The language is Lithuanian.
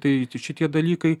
tai šitie dalykai